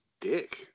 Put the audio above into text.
dick